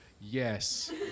yes